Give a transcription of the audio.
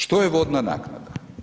Što je vodna naknada?